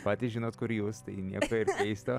patys žinot kur jūs tai nieko ir keisto